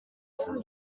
inshuro